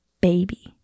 baby